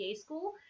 school